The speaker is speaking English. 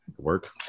work